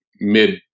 mid